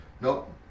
nope